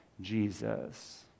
Jesus